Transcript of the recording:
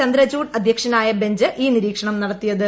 ചന്ദ്രചൂഡ് അധ്യക്ഷനായ ബെഞ്ച് ഈ നിരീക്ഷണം നടത്തിയത്